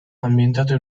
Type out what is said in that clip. ambientato